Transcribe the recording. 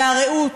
והרעות,